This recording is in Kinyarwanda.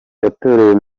yatoreye